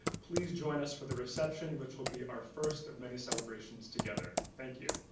please join us for the reception which will be our first of many celebrations together. thank you.